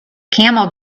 camel